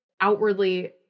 outwardly